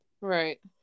right